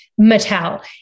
Mattel